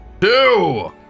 Two